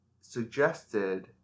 suggested